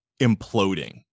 imploding